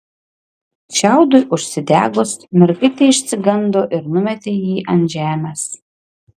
šiaudui užsidegus mergaitė išsigando ir numetė jį ant žemės